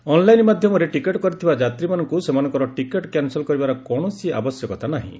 online ମାଧ୍ୟମରେ ticket କରିଥିବା ଯାତ୍ରୀମାନଙ୍କୁ ସେମାନଙ୍କର ଟିକେଟ୍ କ୍ୟାନ୍ସେଲ୍ କରିବାର କୌଣସି ଆବଶ୍ୟକତା ନାହିଁ